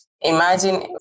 Imagine